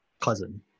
cousin